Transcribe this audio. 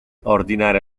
ordinare